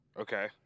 Okay